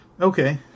Okay